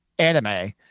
anime